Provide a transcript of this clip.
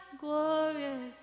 glorious